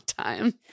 time